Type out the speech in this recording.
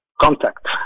contact